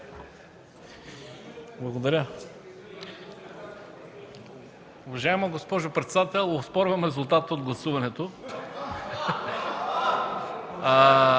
Благодаря. Уважаема госпожо председател, оспорвам резултата от гласуването!